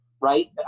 Right